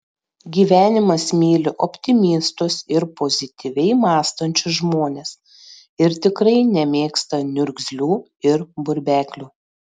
gyvenimas myli optimistus ir pozityviai mąstančius žmones ir tikrai nemėgsta niurgzlių ir burbeklių